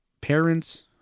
parents